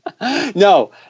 No